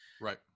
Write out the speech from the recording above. Right